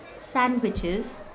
sandwiches